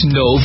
no